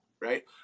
right